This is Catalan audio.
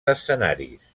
escenaris